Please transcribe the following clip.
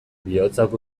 bihotzak